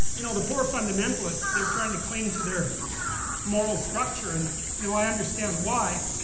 you know, the poor fundamentalists, they're trying to cling to their moral structure, and you know, i understand why.